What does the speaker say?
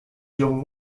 young